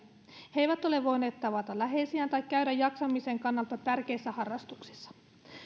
he eivät ole voineet tavata läheisiään tai käydä jaksamisen kannalta tärkeissä harrastuksissa